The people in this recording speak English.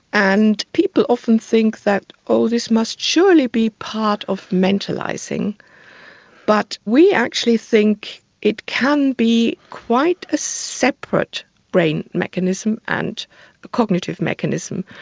and people often think that, oh, this must surely be part of mentalising but we actually think it can be quite a separate brain mechanism and cognitive mechanism.